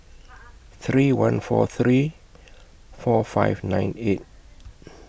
three one four three four five nine eight